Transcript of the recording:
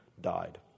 died